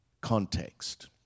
context